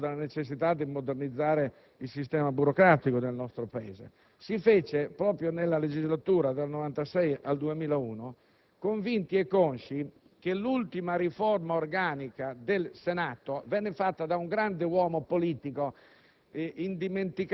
Si discuteva molto della necessità di modernizzare il sistema burocratico del nostro Paese, e si fece proprio nella legislatura dal 1996 al 2001, convinti e consci che l'ultima riforma organica del Senato venne fatta da un grande uomo politico,